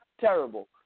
terrible